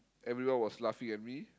everyone was laughing at me